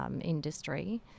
industry